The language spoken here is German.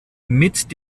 mit